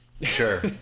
Sure